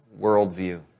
worldview